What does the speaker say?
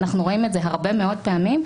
ואנחנו רואים את זה הרבה מאוד פעמים,